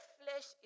flesh